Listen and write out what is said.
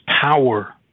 power